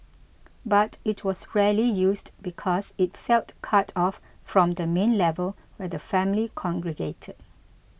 but it was rarely used because it felt cut off from the main level where the family congregated